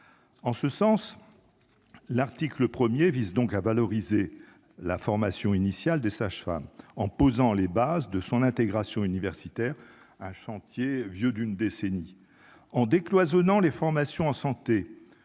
en ce sens, l'article 1er vice-donc à valoriser la formation initiale des sages-femmes en posant les bases de son intégration universitaire, un chantier, vieux d'une décennie en décloisonnant les formations en santé,